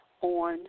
on